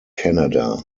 canada